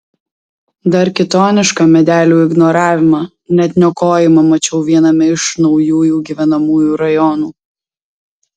dar kitonišką medelių ignoravimą net niokojimą mačiau viename iš naujųjų gyvenamųjų rajonų